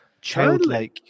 childlike